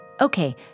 okay